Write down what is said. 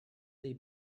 they